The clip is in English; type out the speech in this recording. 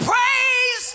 Praise